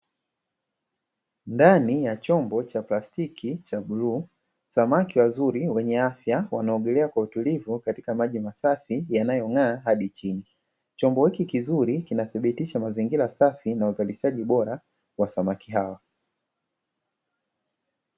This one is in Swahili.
Ndani ya chombo cha plastiki cha bluu samaki wazuri wenye afya wanaogelea kwa utulivu katika maji masafi yanayong'aa hadi chini, chombo hiki kizuri kinathibitisha mazingira safi na uzalishaji bora wa samaki hawa.